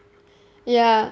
ya